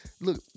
Look